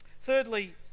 thirdly